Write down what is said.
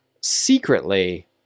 secretly